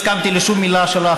לא הסכמתי לשום מילה שלך,